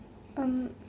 um